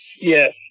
yes